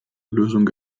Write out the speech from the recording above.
lösung